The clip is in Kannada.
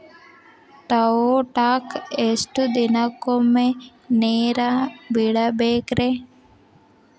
ಟಮೋಟಾಕ ಎಷ್ಟು ದಿನಕ್ಕೊಮ್ಮೆ ನೇರ ಬಿಡಬೇಕ್ರೇ?